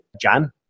Jan